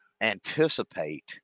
anticipate